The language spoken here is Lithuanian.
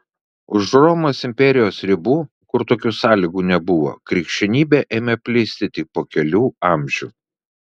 už romos imperijos ribų kur tokių sąlygų nebuvo krikščionybė ėmė plisti tik po kelių amžių